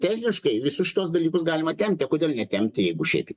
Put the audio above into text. techniškai visus šituos dalykus galima tempti o kodėl netempti jeigu šitaip